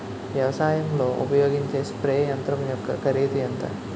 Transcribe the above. వ్యవసాయం లో ఉపయోగించే స్ప్రే యంత్రం యెక్క కరిదు ఎంత?